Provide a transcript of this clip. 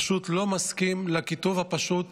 פשוט לא מסכימים לכיתוב הפשוט